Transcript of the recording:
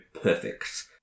perfect